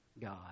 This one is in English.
God